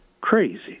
crazy